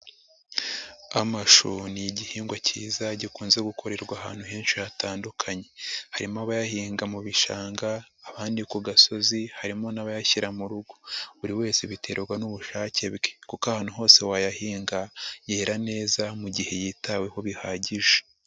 Amashu ni igihingwa cyiza gikunze gukorerwa ahantu henshi hatandukanye, harimo abayahinga mu bishanga, abandi ku gasozi harimo n'abayashyira mu rugo buri wese biterwa n'ubushake bwe, kuko ahantu hose wayahinga yira neza mu gihe yitaweho bihagije.